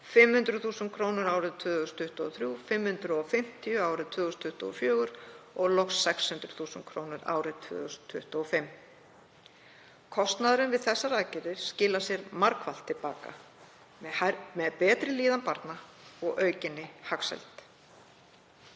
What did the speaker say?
500.000 kr. árið 2023, 550.000 kr. árið 2024 og loks 600.000 kr. árið 2025. Kostnaðurinn við þessar aðgerðir skilar sér margfalt til baka með betri líðan barna og aukinni hagsæld.